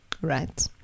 right